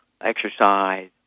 exercise